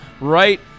right